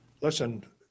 Listen